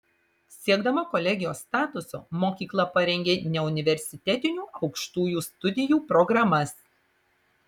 siekdama kolegijos statuso mokykla parengė neuniversitetinių aukštųjų studijų programas